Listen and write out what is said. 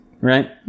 right